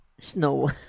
Snow